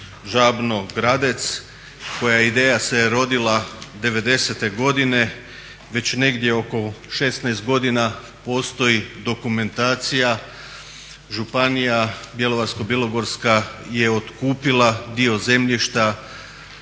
Žabno-Gradec koja ideja se rodila '90-e godine već negdje oko 16 godina postoji dokumentacija. Županija Bjelovarsko-bilogorska je otkupila dio zemljišta,